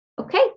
Okay